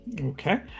Okay